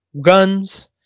guns